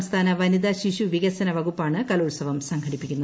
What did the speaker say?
സംസ്ഥാന വനിത ശിശുവികസന വകുപ്പാണ് കലോത്സവം സംഘടിപ്പിക്കുന്നത്